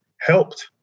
helped